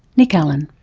nick allen.